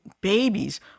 babies